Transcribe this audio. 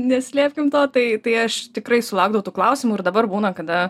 neslėpkim to tai tai aš tikrai sulaukdavau tų klausimų ir dabar būna kada